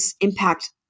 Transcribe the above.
impact